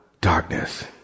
darkness